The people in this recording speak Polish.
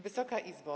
Wysoka Izbo!